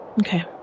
Okay